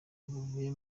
bavuye